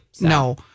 No